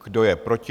Kdo je proti?